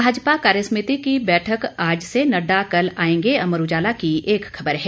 भाजपा कार्यसमिति की बैठक आज से नडडा कल आएंगे अमर उजाला की एक खबर है